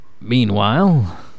Meanwhile